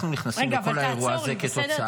רגע, אבל תעצור לי, בסדר?